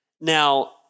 now